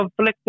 conflictive